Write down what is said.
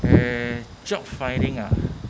eh job finding ah